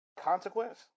Consequence